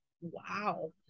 Wow